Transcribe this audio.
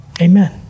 amen